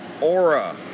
aura